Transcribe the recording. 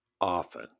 often